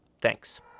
Thanks